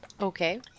Okay